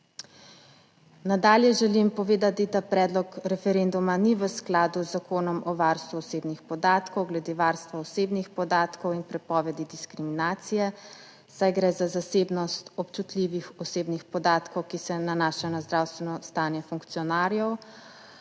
Nadalje želim povedati, da predlog referenduma ni v skladu z Zakonom o varstvu osebnih podatkov glede varstva osebnih podatkov in prepovedi diskriminacije, saj gre za zasebnost občutljivih osebnih podatkov, ki se nanašajo na zdravstveno stanje funkcionarjev.